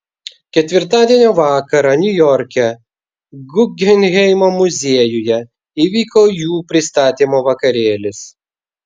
ketvirtadienio vakarą niujorke guggenheimo muziejuje įvyko jų pristatymo vakarėlis